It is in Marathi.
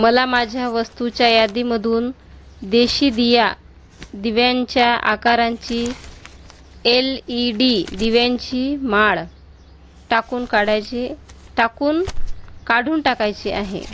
मला माझ्या वस्तूच्या यादीमधून देशी दिया दिव्यांच्या आकारांची एल इ डी दिव्यांची माळ टाकून काढायची टाकून काढून टाकायची आहे